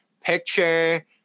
picture